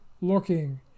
looking